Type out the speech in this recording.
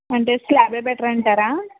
అంటే slab better అంటారా